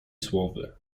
słowy